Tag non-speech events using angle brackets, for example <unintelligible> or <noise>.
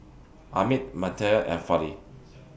Amit <unintelligible> and Fali